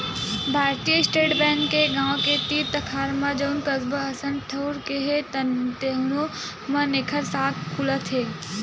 भारतीय state bank के गाँव के तीर तखार म जउन कस्बा असन ठउर हे तउनो म एखर साखा खुलत हे